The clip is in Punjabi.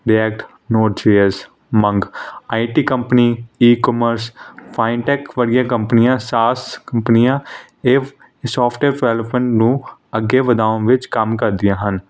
ਮੰਗ I T company ecommerce fintech ਵਰਗੀਆਂ ਕੰਪਨੀਆਂ ਸਾਸ ਕੰਪਨੀਆਂ ਇਹ ਸੋਫਟਵੇਅਰ ਡਿਵੈਲਪਮੈਂਟ ਨੂੰ ਅੱਗੇ ਵਧਾਉਣ ਵਿੱਚ ਕੰਮ ਕਰਦੀਆਂ ਹਨ